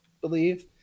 believe